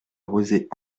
rosée